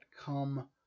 come